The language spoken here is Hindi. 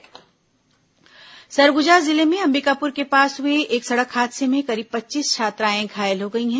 दुर्घटना सरगुजा जिले में अंबिकापुर के पास हुए एक सड़क हादसे में करीब पच्चीस छात्राएं घायल हो गई हैं